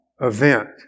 event